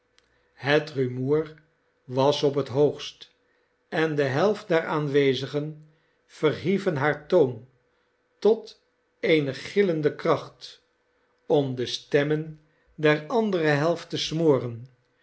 het rumoer was op het hoogst en de helft der aanwezigen verhieven haar toon tot eene gillende kracht om de stemmen der andere helft te smoren